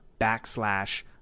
backslash